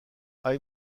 hay